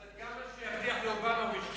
אז גם מה שהוא יבטיח לאובמה הוא ישכח.